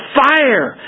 fire